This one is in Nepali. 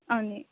अनि